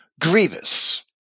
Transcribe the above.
grievous